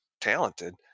talented